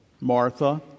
Martha